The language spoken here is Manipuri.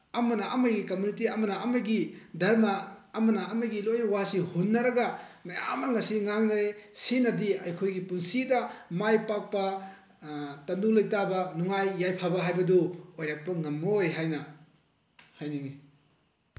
ꯑꯃꯅ ꯑꯃꯒꯤ ꯀꯃꯨꯅꯤꯇꯤ ꯑꯃꯅ ꯑꯃꯒꯤ ꯙꯔꯃ ꯑꯃꯅ ꯑꯃꯒꯤ ꯂꯣꯏꯅ ꯋꯥꯁꯤ ꯍꯨꯟꯅꯔꯒ ꯃꯌꯥꯝ ꯑꯃ ꯉꯁꯤ ꯉꯥꯡꯅꯔꯤ ꯁꯤꯅꯗꯤ ꯑꯩꯈꯣꯏꯒꯤ ꯄꯨꯟꯁꯤꯗ ꯃꯥꯏ ꯄꯥꯛꯄ ꯇꯪꯗꯨ ꯂꯩꯇꯥꯕ ꯅꯨꯡꯉꯥꯏ ꯌꯥꯏꯐꯕ ꯍꯥꯏꯕꯗꯨ ꯑꯣꯏꯔꯛꯄ ꯉꯝꯃꯣꯏ ꯍꯥꯏꯅ ꯍꯥꯏꯅꯤꯡꯏ